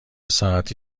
ساعتی